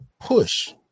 push